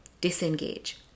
disengage